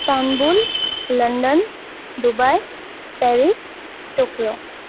Istanbul London Dubai Paris Tokyo